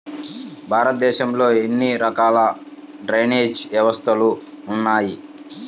భారతదేశంలో ఎన్ని రకాల డ్రైనేజ్ వ్యవస్థలు ఉన్నాయి?